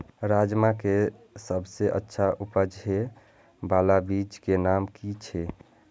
राजमा के सबसे अच्छा उपज हे वाला बीज के नाम की छे?